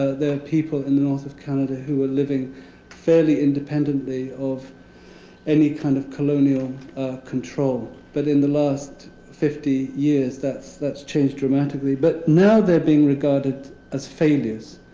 people in the north of canada who are living fairly independently of any kind of colonial control. but in the last fifty years, that's that's changed dramatically. but now they're being regarded as failures.